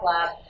Lab